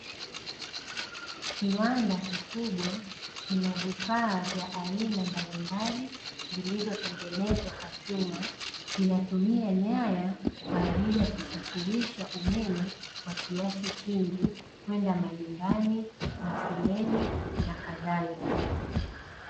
Kiwanda kikubwa kina vifaa vya aina mbalimbali, vilivyotengenezwa kwa chuma, kinatumia nyaya kwa ajili ya kusafirisha umeme kwa kiasi kingi kwenda majumbani, mashuleni na kadhalika.